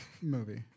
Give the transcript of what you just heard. movie